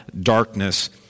darkness